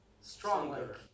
stronger